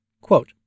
quote